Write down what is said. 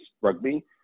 rugby